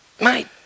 mate